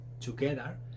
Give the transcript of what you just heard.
together